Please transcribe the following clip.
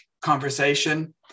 conversation